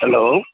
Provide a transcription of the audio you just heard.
hello